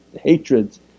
hatreds